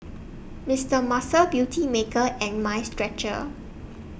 Mister Muscle Beautymaker and Mind Stretcher